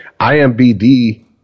IMBD